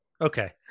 Okay